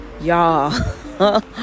Y'all